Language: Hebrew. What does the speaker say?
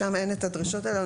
שם אין את הדרישות האלו,